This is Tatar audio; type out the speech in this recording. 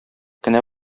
кенә